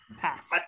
Pass